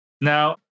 Now